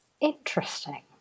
Interesting